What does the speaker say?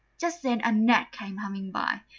just then a gnat came humming by,